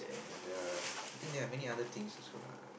and the I think there are many other things also lah